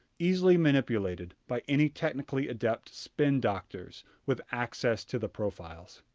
easily manipulated by any technically adept spin doctors with access to the profiles.